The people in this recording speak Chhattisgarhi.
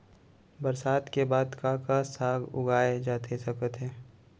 बरसात के बाद का का साग उगाए जाथे सकत हे?